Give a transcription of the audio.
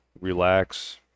relax